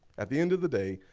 at the end of the day,